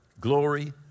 glory